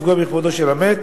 לפגוע בכבודו של המת